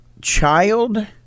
child